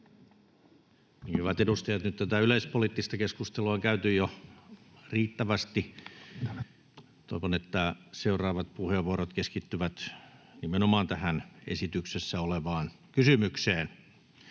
Hyvät edustajat, nyt tätä yleispoliittista keskustelua on käyty jo riittävästi. Toivon, että seuraavat puheenvuorot keskittyvät nimenomaan tähän esityksessä olevaan kysymykseen.